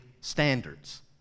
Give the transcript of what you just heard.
standards